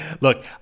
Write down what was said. Look